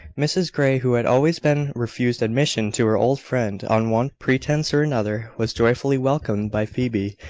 mrs grey, who had always been refused admission to her old friend on one pretence or another, was joyfully welcomed by phoebe,